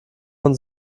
von